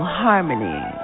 harmony